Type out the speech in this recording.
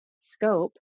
scope